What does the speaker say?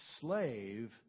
slave